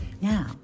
now